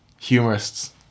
humorists